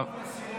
אנחנו מסירים.